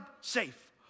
safe